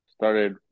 started